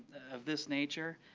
of this nature.